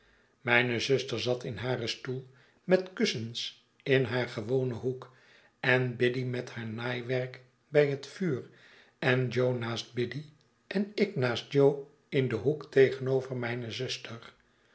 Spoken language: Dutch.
mijne zuster zat in haar stoel met kussens in haar gewonen hoek en biddy met haar naaiwerk bij het vuur en jo naast biddy en ik naast jo in den hoek tegenover mijne zuster